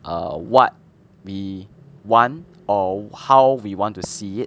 err what we want or how we want to see it